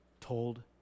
told